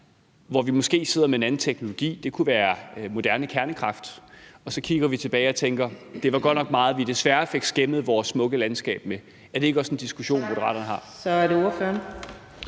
sidder vi måske med en anden teknologi, det kunne være moderne kernekraft, og så kigger vi tilbage og tænker: Det var godt nok meget, vi desværre fik skændet vores smukke landskab med. Er det ikke også en diskussion, Moderaterne har?